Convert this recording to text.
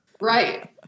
right